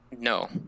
No